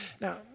Now